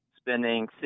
spending